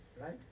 right